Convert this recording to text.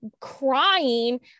crying